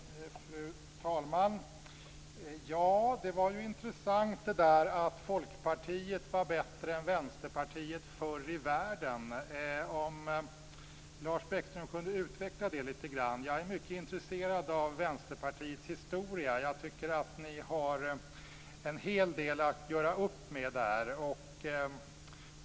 Fru talman! Det var intressant att höra att Folkpartiet var bättre än Vänsterpartiet förr i världen. Kan Lars Bäckström utveckla det lite grann? Jag är mycket intresserad av Vänsterpartiets historia. Jag tycker att ni har en hel del att göra upp med där.